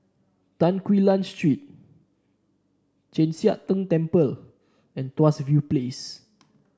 Tan Quee Lan Street Chek Sian Tng Temple and Tuas View Place